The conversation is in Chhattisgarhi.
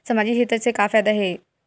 सामजिक क्षेत्र से का फ़ायदा हे?